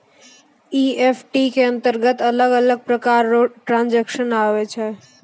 EFT के अंतरगत अलग अलग प्रकार रो ट्रांजेक्शन आवै छै